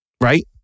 Right